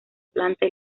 planta